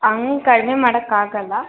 ಹಂಗ್ ಕಡಿಮೆ ಮಾಡಕ್ಕೆ ಆಗಲ್ಲ